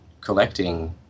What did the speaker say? collecting